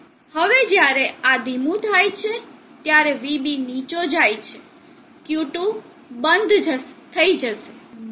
હવે જ્યારે આ ધીમું થાય છે ત્યારે Vb નીચો જાય છે Q2 બંધ થઇ જશે